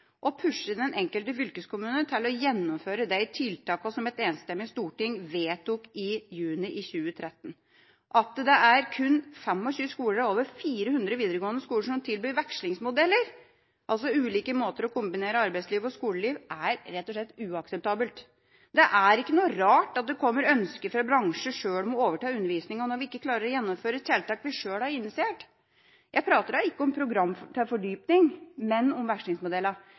og pushe den enkelte fylkeskommune til å gjennomføre de tiltakene som et enstemmig storting vedtok i juni i 2013. At det kun er 25 av over 400 videregående skoler som tilbyr vekslingsmodeller, altså ulike måter å kombinere arbeidsliv og skoleliv på, er rett og slett uakseptabelt. Det er ikke noe rart at det kommer ønsker fra bransjer om sjøl å få overta undervisningen når vi ikke klarer å gjennomføre tiltak vi sjøl har initiert. Jeg prater ikke om program til fordypning, men om